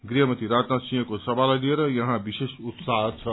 गृहमन्त्री राजनाथ सिंहको सभालाई लिएर यहाँ विशेष उत्साह छ